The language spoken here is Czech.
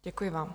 Děkuji vám.